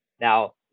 Now